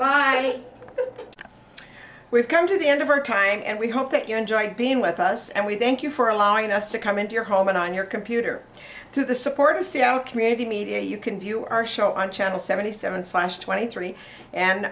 right we've come to the end of our time and we hope that you enjoy being with us and we thank you for allowing us to come into your home and on your computer to the support of c e o community media you can view our show on channel seventy seven slash twenty three and